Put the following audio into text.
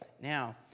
Now